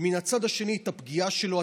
ומן הצד השני את הפגיעה שלו,